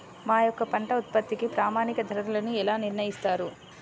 మా యొక్క పంట ఉత్పత్తికి ప్రామాణిక ధరలను ఎలా నిర్ణయిస్తారు?